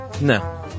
No